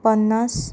पन्नास